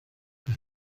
beth